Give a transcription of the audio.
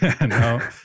no